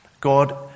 God